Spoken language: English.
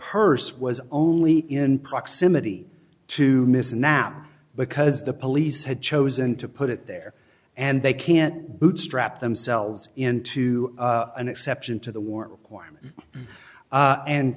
purse was only in proximity to miss now because the police had chosen to put it there and they can't bootstrap themselves into an exception to the war war and